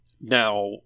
Now